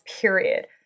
period